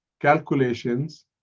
calculations